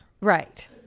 Right